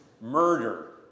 murder